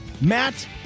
Matt